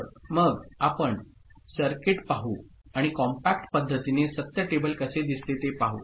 तर मग आपण सर्किट पाहू आणि कॉम्पॅक्ट पद्धतीने सत्य टेबल कसे दिसते ते पाहू